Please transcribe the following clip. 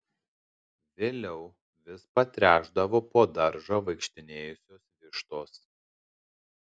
vėliau vis patręšdavo po daržą vaikštinėjusios vištos